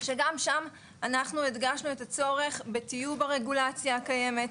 גם שם אנחנו הדגשנו את הצורך בטיוב הרגולציה הקיימת,